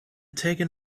taken